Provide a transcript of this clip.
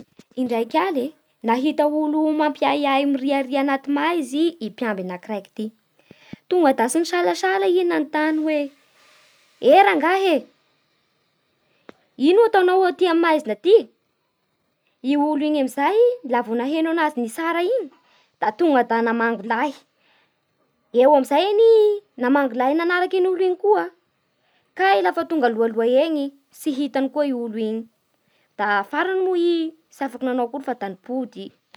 Indraiky haly e, nahita olo miriaria anaty maizy i mpiamby anakiraiky ty, tonga da tsy nisalasala i nanontany hoe: eh rangahy e, ino ataonao amin'ny maizina aty? I olo iny amin'izay lafa naheno azy nitsara ty da tonga da namabo lay, eo amin'izay any i namango lay nanariky olo iny koa Kay lafa tonga alohaloha eny tsy hitany koa olo igny Da farany moa i tsy afaky ananao akory fa da nimpody i